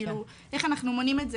איך אנחנו מונעים את זה.